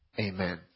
Amen